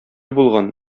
булган